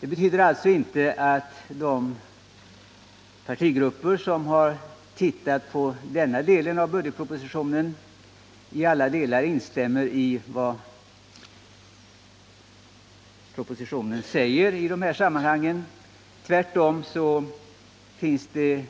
Det betyder alltså inte att de företrädare för partierna som har tittat på denna del av budgetpropositionen instämmer i allt vad som sägs i propositionen. Tvärtom finns det